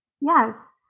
Yes